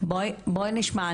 בואי נשמע.